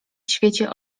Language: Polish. świecie